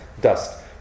dust